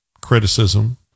criticism